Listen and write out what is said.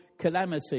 calamity